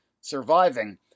surviving